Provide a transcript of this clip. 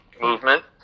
movement